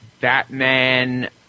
Batman